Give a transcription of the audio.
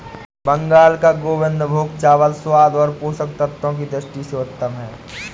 बंगाल का गोविंदभोग चावल स्वाद और पोषक तत्वों की दृष्टि से उत्तम है